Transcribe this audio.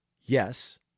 yes